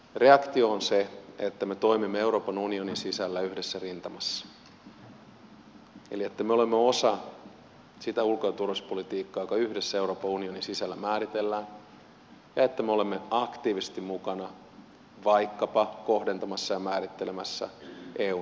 reaktio on se että me toimimme euroopan unionin sisällä yhdessä rintamassa eli että me olemme osa sitä ulko ja turvallisuuspolitiikkaa joka yhdessä euroopan unionin sisällä määritellään ja että me olemme aktiivisesti mukana vaikkapa kohdentamassa ja määrittelemässä eun sanktiopolitiikkaa